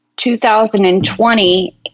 2020